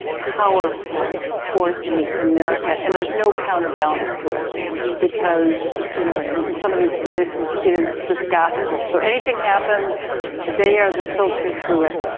powerful force in, in america and there's no counterbalance to it because, you know, in some of these places it is just gospel. so, anything happens they are the filter through it.